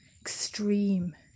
extreme